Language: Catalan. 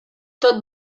tot